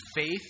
faith